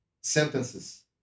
sentences